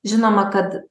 žinoma kad